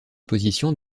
position